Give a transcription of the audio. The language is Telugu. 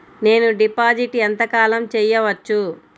నేను డిపాజిట్ ఎంత కాలం చెయ్యవచ్చు?